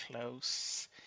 close